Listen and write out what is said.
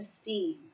esteem